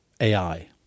AI